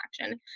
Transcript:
action